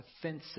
offensive